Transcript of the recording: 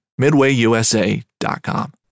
MidwayUSA.com